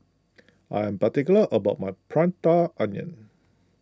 I am particular about my Prata Onion